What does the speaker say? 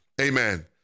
Amen